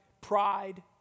Pride